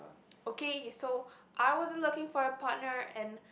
okay so I wasn't looking for a partner and